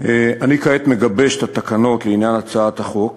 אני כעת מגבש את התקנות לעניין הצעת חוק